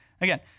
Again